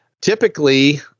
Typically